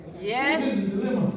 Yes